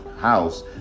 house